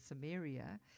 Samaria